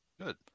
Good